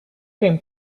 came